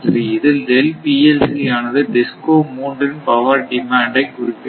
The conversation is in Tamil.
இதில் ஆனது DISCO 3 இன் பவர் டிமாண்ட் ஐ குறிக்கிறது